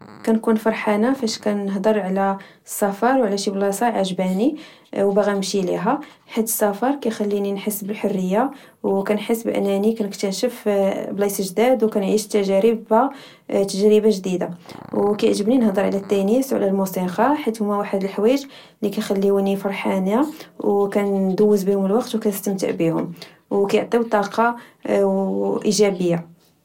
كنكون فرحانه فاش كنهضر على السفر وعلى شي بلاصة عاجباني وباغا نمشي ليها حيت السفر كيخليني نحس بالحريه. وكنحس بانني نكتاشف بلايص جداد ونعيش التجربه. تجربه جديده كيعجبني نهضر على انيس وعلى الموسيقى حيت هوما واحد الحوايج لي كيخليني فرحانه وندوز بيهم الوقت ونستمتع بيهم وكيعطي طاقه وايجابيه